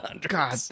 God